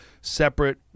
separate